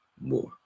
more